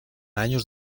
años